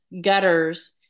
gutters